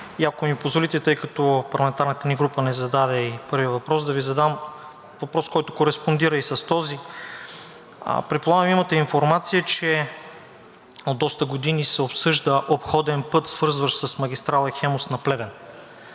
Ако ми позволите, тъй като парламентарната ни група не зададе и първия въпрос, да Ви задам въпрос, който кореспондира и с този. Предполагам имате информация, че от доста години се обсъжда обходен път, свързващ с магистрала „Хемус“ Плевен.